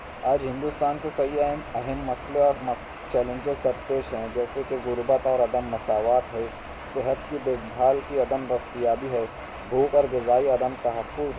آج ہندوستان کو کئی اہم اہم مسئلہ مس چیلنجس در پیش ہیں جیسے کہ غربت ہےعدم مساوات ہے صحت کی دیکھ بھال کی عدم دستیابی ہے اوپر غذائی عدم تحفظ ہے